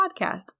podcast